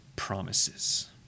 promises